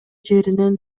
жеринен